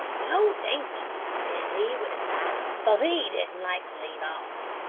no, thankee says he with a sigh, for he didn't like to leave off.